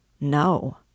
no